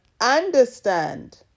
understand